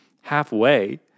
halfway